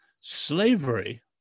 Slavery